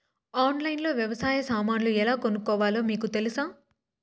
ఆన్లైన్లో లో వ్యవసాయ సామాన్లు ఎలా కొనుక్కోవాలో మీకు తెలుసా?